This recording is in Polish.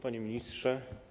Panie Ministrze!